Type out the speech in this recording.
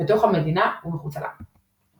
בתוך המדינה ומחוצה לה.